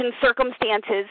circumstances